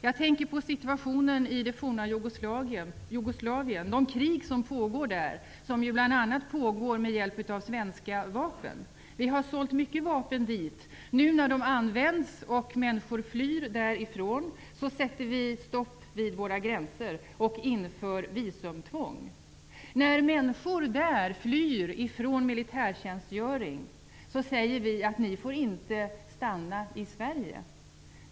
Jag tänker då på situationen i det forna Jugoslavien och de krig som pågår där bl.a. med hjälp av svenska vapen. Vi har sålt mycket vapen dit. Nu när de används och människor flyr därifrån, sätter vi stopp vid våra gränser och inför visumtvång. När människor där flyr från militärtjänstgöring och kommer hit, säger vi att de inte får stanna i Sverige.